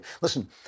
Listen